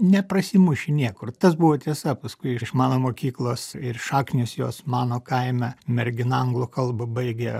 neprasimuši niekur tas buvo tiesa paskui iš mano mokyklos ir šaknys jos mano kaime mergina anglų kalbą baigė